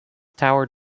tower